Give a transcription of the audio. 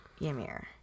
Ymir